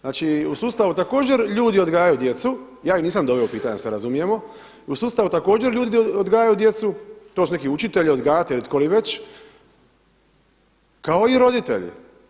Znači u sustavu također ljudi odgajaju djecu, ja ju nisam doveo u pitanje, da se razumijemo, u sustavu također ljudi odgajaju djecu, to su neki učitelji, odgajatelji, tko li već, kao i roditelji.